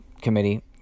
committee